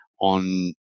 on